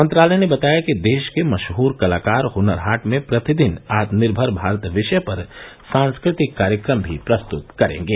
मंत्रालय ने बताया कि देश के मशहूर कलाकार हुनर हाट में प्रतिदिन आत्मनिर्मर भारत विषय पर सांस्कृतिक कार्यक्रम भी प्रस्तुत करेंगे